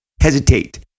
hesitate